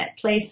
place